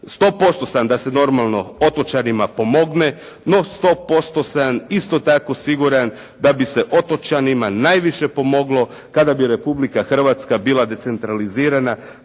100% sam da se normalno otočanima pomogne, no 100% sam isto tako siguran da bi se otočanima najviše pomoglo kada bi Republika Hrvatska bila decentralizirana